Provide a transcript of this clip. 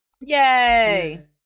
Yay